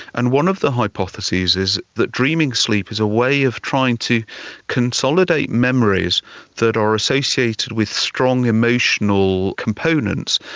and one of the hypotheses is that dreaming sleep is a way of trying to consolidate memories that are associated with strong emotional components,